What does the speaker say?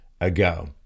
ago